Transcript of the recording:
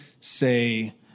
say